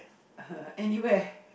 uh anywhere